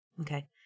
Okay